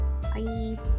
bye